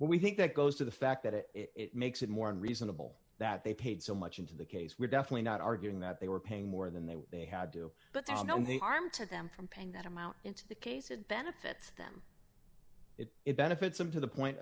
we think that goes to the fact that it makes it more reasonable that they paid so much into the case we're definitely not arguing that they were paying more than they were they had to but now in the arm to them from paying that amount into the case it benefits them it benefits him to the point